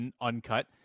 uncut